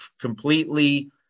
completely